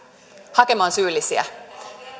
hakemaan syyllisiä